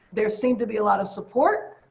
there seemed to be a lot of support.